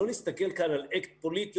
לא להסתכל כאן על אקט פוליטי,